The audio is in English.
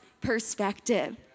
perspective